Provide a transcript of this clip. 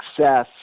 success